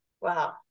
Wow